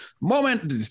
Moment